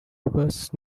was